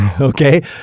okay